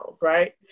right